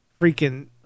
Freaking